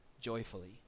joyfully